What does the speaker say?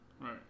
Right